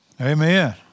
Amen